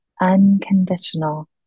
Unconditional